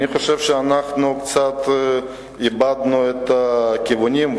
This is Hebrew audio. אני חושב שאנחנו קצת איבדנו את הכיוונים.